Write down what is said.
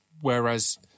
whereas